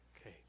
Okay